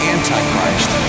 Antichrist